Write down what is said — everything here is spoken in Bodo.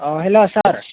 ओ हेलो सार